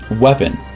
weapon